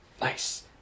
nice